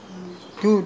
hello